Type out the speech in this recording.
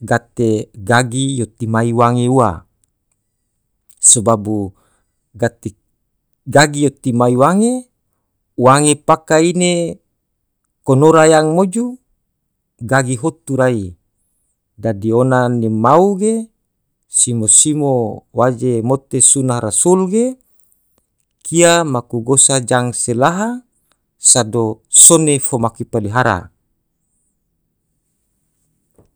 gate gagi yo timai wange ua, so babu gati gagi yo timai wange wange paka ine konora yang moju gagi hotu rai, dadi ona ni mau ge, simo-simo waje mote sunnah rasul ge, kia maku gosa jang se laha, sado sone fo maku palihara.